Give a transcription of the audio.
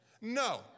No